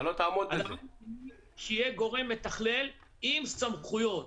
צריך שיהיה גורם מתכלל עם סמכויות.